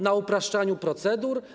Na upraszczaniu procedur?